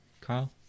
Kyle